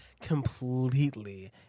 completely